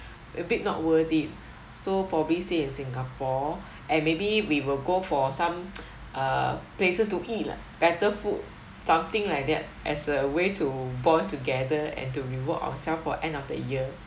a bit not worth it so probably stay in singapore and maybe we will go for some uh places to eat lah better food something like that as a way to bond together and to reward ourself for end of the year